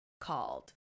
called